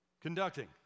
conducting